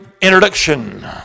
introduction